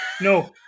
No